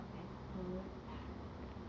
as good